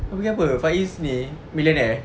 fikir apa faiz ni millionaire